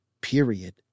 period